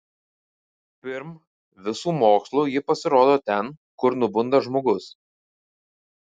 pirm visų mokslų ji pasirodo ten kur nubunda žmogus